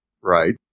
Right